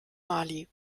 mali